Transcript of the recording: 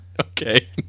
Okay